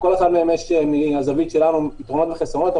לכל אחד מהם יש מהזווית שלנו יתרונות וחסרונות,